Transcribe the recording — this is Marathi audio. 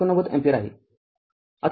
८९ अँपिअर आहे